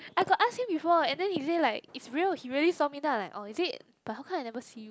I got ask him before and then he say like it's real he really saw me then I'm like oh is it but how come I never see you